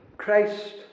Christ